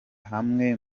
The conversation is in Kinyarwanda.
hamwe